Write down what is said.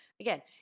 Again